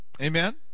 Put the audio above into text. Amen